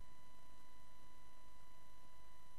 אני